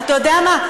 אתה יודע מה,